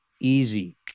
easy